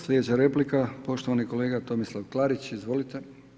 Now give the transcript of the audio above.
Slijedeća replika, poštovani kolega Tomislav Klarić, izvolite.